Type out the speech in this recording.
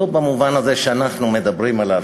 לא במובן הזה שאנחנו מדברים עליו,